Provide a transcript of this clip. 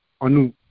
Anu